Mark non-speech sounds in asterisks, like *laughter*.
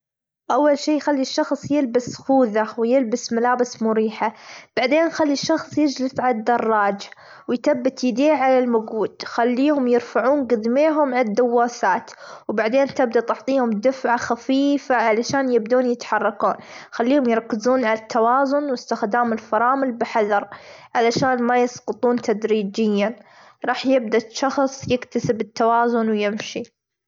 *noise* أول شي خلي الشخص يلبس خوذة ويلبس ملابس مريحة، بعدين خلي الشخص يجلس على الدراج ويتبت إيديه على المجود خليهم يرفعون جدميهم على الدوسات، وبعدين تبدا تحطيهم دفعه خفيفة علشان يبدون يتحركون خليهم يركزون على التوازن، واستخدام الفرامل بحذر علشان ما يسقطون تدريجيًا رح يبدا الشخص يكتسب التوازن ويمشي.